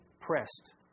pressed